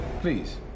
Please